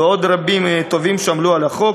ועוד רבים וטובים שעמלו על החוק.